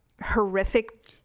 horrific